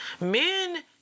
Men